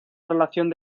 relación